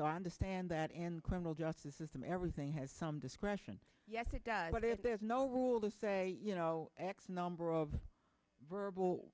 i understand that and criminal justice system everything has some discretion yes it does but if there's no rule to say you know x number of verbal